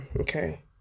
okay